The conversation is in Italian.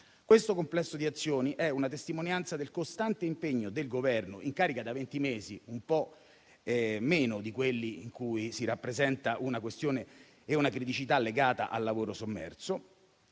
Questo complesso di azioni è una testimonianza del costante impegno del Governo in carica da venti mesi - un po' meno di quelli in cui si rappresentano una questione e una criticità legate al lavoro sommerso